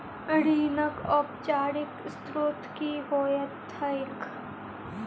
ऋणक औपचारिक स्त्रोत की होइत छैक?